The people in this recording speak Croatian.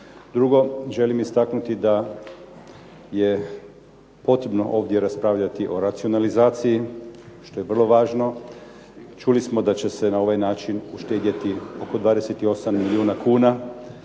Drugo, želim istaknuti da je potrebno ovdje raspravljati o racionalizaciji što je vrlo važno. Čuli smo da će se na ovaj način uštedjeti oko 28 milijuna kuna